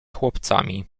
chłopcami